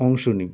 অংশ নিই